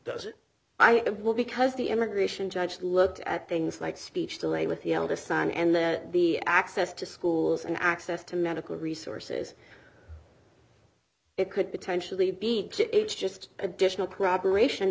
does it i will because the immigration judge looked at things like speech delay with the eldest son and there the access to schools and access to medical resources it could potentially be just additional problem ration